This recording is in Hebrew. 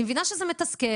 אני מבינה שזה מתסכל,